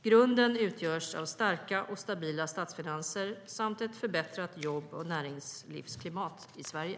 Grunden utgörs av starka och stabila statsfinanser samt ett förbättrat jobb och näringslivsklimat i Sverige.